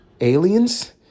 aliens